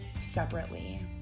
separately